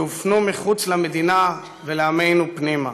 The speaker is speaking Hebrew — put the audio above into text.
שהופנו מחוץ למדינה ולעמנו פנימה.